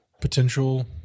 potential